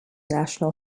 national